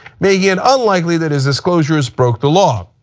making it unlikely that his disclosures broke the law.